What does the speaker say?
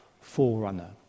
forerunner